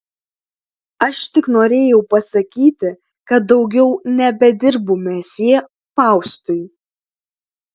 aš tik norėjau pasakyti kad daugiau nebedirbu mesjė faustui